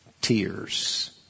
Tears